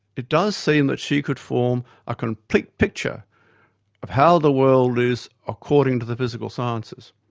it does seem that she could form a complete picture of how the world is according to the physical sciences,